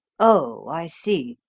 oh, i see!